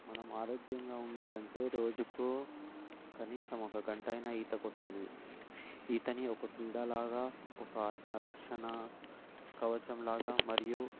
మనం ఆరోగ్యంగా ఉండాలి అంటే రోజుకు కనీసం ఒక గంట అయినా ఈత కొట్టాలి ఈతని ఒక క్రీడలాగా ఒక ఆత్మ రక్షణ కవచంలాగా మరియు